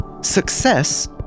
Success